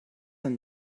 and